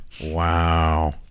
wow